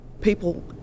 People